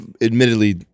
admittedly